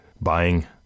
buying